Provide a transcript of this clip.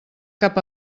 cap